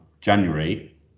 January